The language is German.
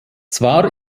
zwar